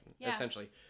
Essentially